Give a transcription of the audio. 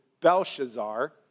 Belshazzar